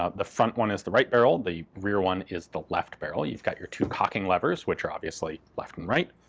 ah the front one is the right barrel, the rear one is the left barrel. you've got your two cocking levers which are obviously left and right.